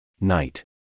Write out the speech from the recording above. Night